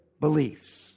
beliefs